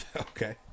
Okay